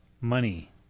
Money